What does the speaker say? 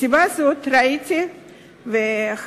מסיבה זו ראיתי לנכון,